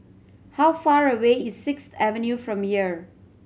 how far away is Sixth Avenue from here